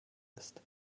ist